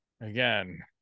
again